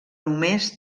només